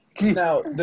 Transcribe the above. Now